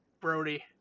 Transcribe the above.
Brody